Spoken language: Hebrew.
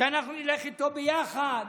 שאנחנו נלך איתו ביחד,